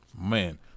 man